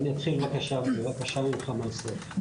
אני אתחיל בבקשה ממך מהסוף.